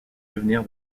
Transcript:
devenir